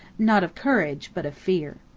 not of courage, but of fear.